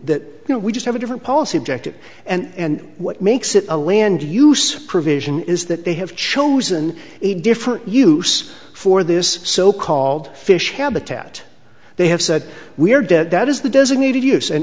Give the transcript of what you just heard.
that you know we just have a different policy objective and what makes it a land use provision is that they have chosen a different use for this so called fish habitat they have said we are dead that is the designated use and